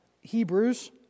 Hebrews